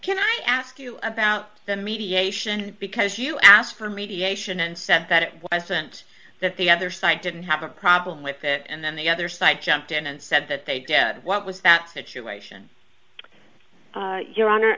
can i ask you about the mediation because you asked for mediation and said that the other side didn't have a problem with it and then the other side jumped in and said that they did what was that situation your honor